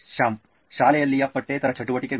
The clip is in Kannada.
ಶ್ಯಾಮ್ ಶಾಲೆಯಲ್ಲಿಯ ಪಠ್ಯೇತರ ಚಟುವಟಿಕೆಗಳು